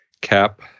cap